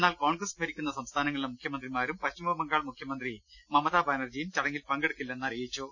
എന്നാൽ കോൺഗ്രസ് ഭരിക്കുന്ന സംസ്ഥാ നങ്ങളിലെ മുഖ്യമന്ത്രിമാരും പശ്ചിമ ബംഗാൾ മുഖ്യമന്ത്രി മമതാ ബാനർജിയും ചടങ്ങിൽ പങ്കെടുക്കില്ലെന്ന് അറിയിച്ചു